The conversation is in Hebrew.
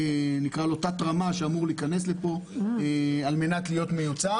נקרא לו תת רמה שאמור להיכנס לכאן על מנת להיות מיוצא.